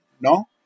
no